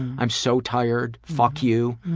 i'm so tired. fuck you.